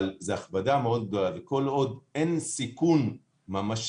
אבל זו הכבדה מאוד גדולה, וכל עוד אין סיכון ממשי